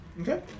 Okay